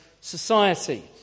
society